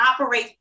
operate